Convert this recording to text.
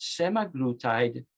semaglutide